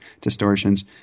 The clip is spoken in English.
distortions